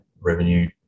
revenue